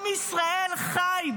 עם ישראל חי,